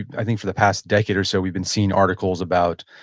i think for the past decade or so, we've been seeing articles about,